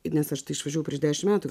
ir nes aš išvažiavau prieš dešimt metų